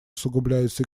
усугубляются